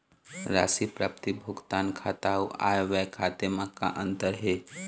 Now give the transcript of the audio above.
राशि प्राप्ति भुगतान खाता अऊ आय व्यय खाते म का अंतर हे?